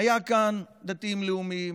היו כאן דתיים לאומיים,